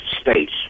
states